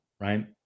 right